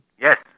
Yes